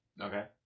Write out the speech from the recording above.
okay